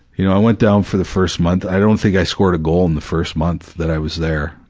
you know, i went down for the first month. i don't think i scored a goal in the first month that i was there,